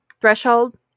threshold